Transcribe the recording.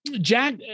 jack